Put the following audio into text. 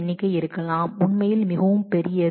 எண்ணிக்கை இருக்கலாம் உண்மையில் மிகவும் பெரியது